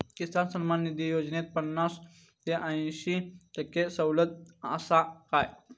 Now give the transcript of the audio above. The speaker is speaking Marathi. किसान सन्मान निधी योजनेत पन्नास ते अंयशी टक्के सवलत आसा काय?